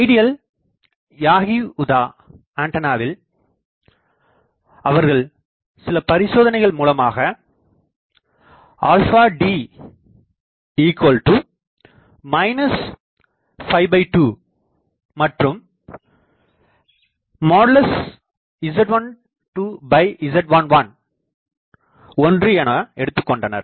ideal யாகி உதா ஆண்டனாவில் அவர்கள் சில பரிசோதனைகள் மூலமாக d 2 மற்றும் Z12Z111 என எடுத்துக்கொண்டனர்